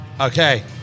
Okay